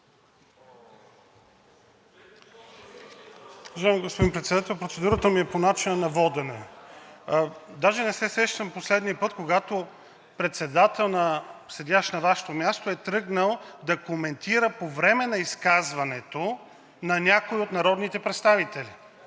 Уважаеми господин Председател, процедурата ми е по начина на водене. Даже не се сещам последния път, когато председател, седящ на Вашето място, е тръгнал да коментира по време на изказването на някой от народните представители